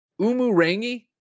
Umurangi